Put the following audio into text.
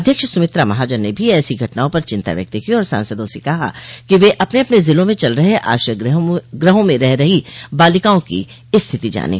अध्यक्ष सुमित्रा महाजन ने भी ऐसी घटनाओं पर चिन्ता व्यक्त की और सांसदों से कहा कि वे अपने अपने जिलों में चल रहे आश्रय गृहों में रह रही बालिकाओं की स्थिति जानें